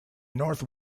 north